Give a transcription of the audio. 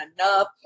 enough